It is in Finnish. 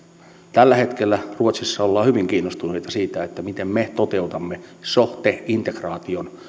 tällä hetkellä ruotsissa ollaan hyvin kiinnostuneita siitä miten me toteutamme so te integraation